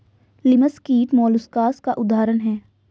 लिमस कीट मौलुसकास का उदाहरण है